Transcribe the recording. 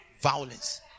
Violence